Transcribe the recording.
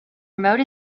remote